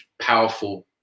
powerful